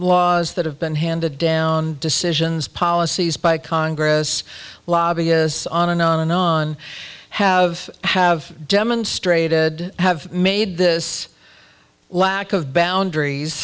laws that have been handed down decisions policies by congress lobbyists on and on and on have have demonstrated have made this lack of boundaries